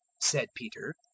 said peter,